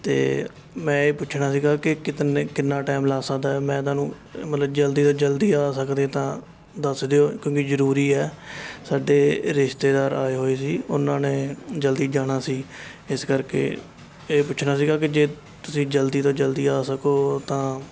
ਅਤੇ ਮੈਂ ਇਹ ਪੁੱਛਣਾ ਸੀਗਾ ਕਿ ਕਿਤਨ ਕਿੰਨਾ ਟਾਈਮ ਲੱਗ ਸਕਦਾ ਮੈਂ ਤੁਹਾਨੂੰ ਮਤਲਬ ਜਲਦੀ ਤੋਂ ਜਲਦੀ ਆ ਸਕਦੇ ਤਾਂ ਦੱਸ ਦਿਓ ਕਿਉਂਕਿ ਜ਼ਰੂਰੀ ਹੈ ਸਾਡੇ ਰਿਸ਼ਤੇਦਾਰ ਆਏ ਹੋਏ ਸੀ ਉਹਨਾਂ ਨੇ ਜਲਦੀ ਜਾਣਾ ਸੀ ਇਸ ਕਰਕੇ ਇਹ ਪੁੱਛਣਾ ਸੀਗਾ ਕਿ ਜੇ ਤੁਸੀਂ ਜਲਦੀ ਤੋਂ ਜਲਦੀ ਆ ਸਕੋ ਤਾਂ